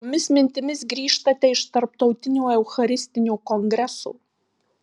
su kokiomis mintimis grįžtate iš tarptautinio eucharistinio kongreso